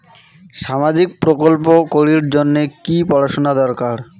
সামাজিক প্রকল্প করির জন্যে কি পড়াশুনা দরকার?